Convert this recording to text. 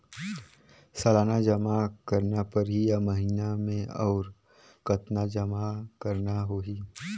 सालाना जमा करना परही या महीना मे और कतना जमा करना होहि?